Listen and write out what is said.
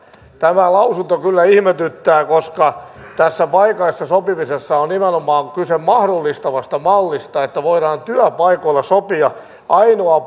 tämä lausunto kyllä ihmetyttää koska tässä paikallisessa sopimisessa on nimenomaan kyse mahdollistavasta mallista että voidaan työpaikoilla sopia ainoa